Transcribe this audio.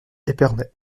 épernay